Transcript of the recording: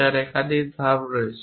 যার একাধিক ধাপ রয়েছে